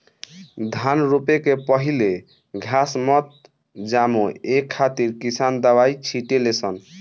धान रोपे के पहिले घास मत जामो ए खातिर किसान दवाई छिटे ले सन